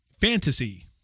fantasy